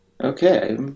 Okay